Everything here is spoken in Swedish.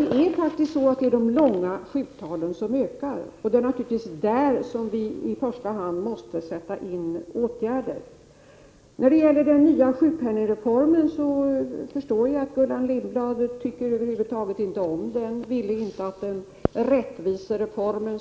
Det är riktigt att det är antalet långtidssjuka som ökar, och det är naturligtvis i fråga om dessa som vi i första hand måste vidta åtgärder. När det gäller den nya sjukpenningreformen förstår jag att Gullan Lindblad över huvud taget inte tycker om den. Hon ville inte att denna rättvisereform,